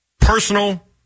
personal